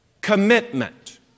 commitment